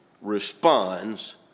responds